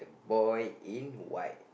boy in white